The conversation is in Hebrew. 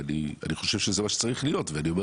ואני חושב שזה מה שצריך להיות ואני אומר